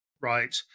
right